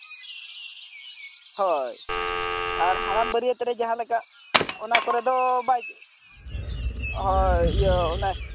ᱦᱳᱭ ᱟᱨ ᱦᱟᱲᱟᱢ ᱵᱟᱹᱨᱭᱟᱹᱛ ᱨᱮ ᱡᱟᱦᱟᱸᱞᱮᱠᱟ ᱚᱱᱟ ᱠᱚᱨᱮ ᱫᱚ ᱵᱟᱭ ᱦᱳᱭ ᱤᱭᱟᱹ ᱚᱱᱟ